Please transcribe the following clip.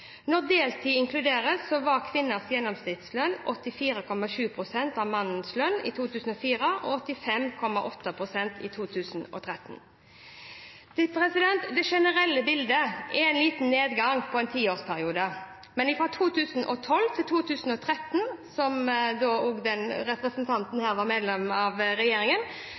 Når deltid inkluderes, var kvinners gjennomsnittslønn 84,7 pst. av menns lønn i 2004 og 85,8 pst. i 2013. Det generelle bildet er at det er en liten nedgang i løpet av en tiårsperiode, men fra 2012 til 2013, da representantens parti var del av regjeringen,